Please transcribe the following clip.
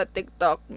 TikTok